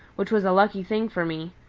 which was a lucky thing for me.